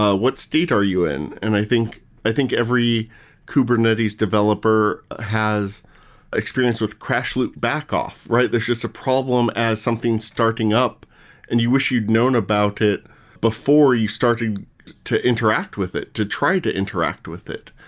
ah what state are you in? and i think i think every kubernetes developer has an experience with crash loop back off, right? there's just a problem as something starting up and you wish you'd known about it before you started to interact with it, to try to interact with it.